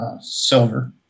silver